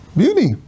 beauty